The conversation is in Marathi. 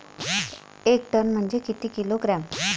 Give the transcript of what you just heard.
एक टन म्हनजे किती किलोग्रॅम?